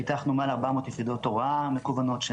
פיתחנו מעל 400 יחידות הוראה מקוונות,